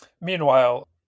Meanwhile